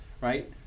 Right